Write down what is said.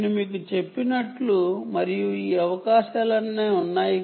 నేను మీకు చెప్పినట్లు మరియు ఈ అవకాశాలన్నీ ఉన్నాయి